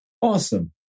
awesome